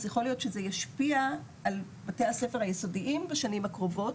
אז יכול להיות שזה ישפיע על בתי הספר היסודיים בשנים הקרובות,